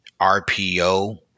RPO